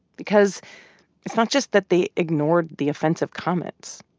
because it's not just that they ignored the offensive comments,